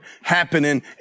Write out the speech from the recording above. happening